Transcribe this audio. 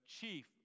chief